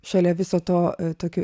šalia viso to tokių